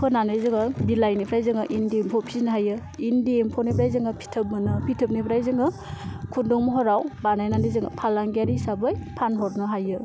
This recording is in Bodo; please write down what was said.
फोनानै जोङो बिलाइनिफ्राय जोङो इन्दि एम्फौ फिसिनो हायो इन्दि एम्फौनिफ्राय जोङो फिथोब मोनो फिथोबनिफ्राय जोङो खुन्दुं महराव बानायनानै जोङो फालांगियारि हिसाबै फानहरनो हायो